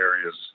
areas